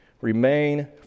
remain